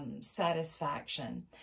satisfaction